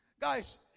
Guys